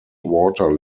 water